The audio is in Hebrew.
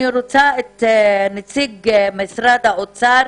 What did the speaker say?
נשמע את נציג משרד האוצר,